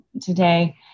today